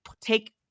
take